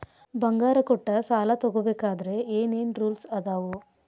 ಬಂಗಾರ ಕೊಟ್ಟ ಸಾಲ ತಗೋಬೇಕಾದ್ರೆ ಏನ್ ಏನ್ ರೂಲ್ಸ್ ಅದಾವು?